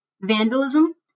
vandalism